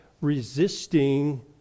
Resisting